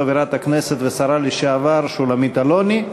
חברת הכנסת והשרה לשעבר שולמית אלוני,